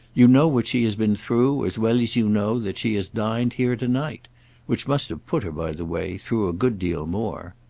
you know what she has been through as well as you know that she has dined here to-night which must have put her, by the way, through a good deal more.